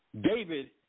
David